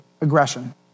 aggression